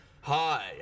Hi